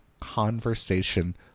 conversation